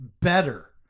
better